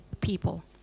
people